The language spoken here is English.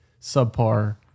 subpar